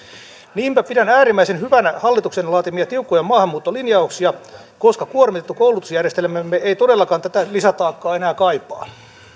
niinpä pidän äärimmäisen hyvänä hallituksen laatimia tiukkoja maahanmuuttolinjauksia koska kuormitettu koulutusjärjestelmämme ei todellakaan tätä lisätaakkaa enää kaipaa